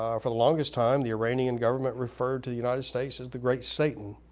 um for the longest time, the iranian government referred to the united states as the great satan.